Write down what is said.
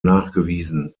nachgewiesen